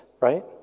right